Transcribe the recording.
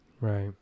Right